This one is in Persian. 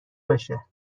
بشه